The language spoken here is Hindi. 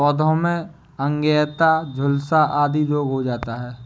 पौधों में अंगैयता, झुलसा आदि रोग हो जाता है